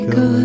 go